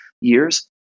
years